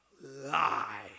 lie